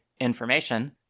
information